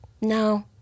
no